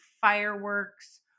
fireworks